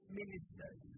ministers